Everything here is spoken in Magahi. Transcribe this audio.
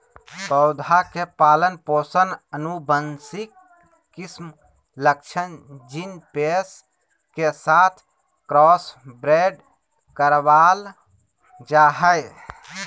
पौधा के पालन पोषण आनुवंशिक किस्म लक्षण जीन पेश के साथ क्रॉसब्रेड करबाल जा हइ